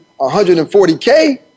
$140K